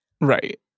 right